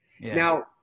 Now